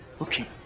Okay